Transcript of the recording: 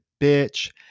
bitch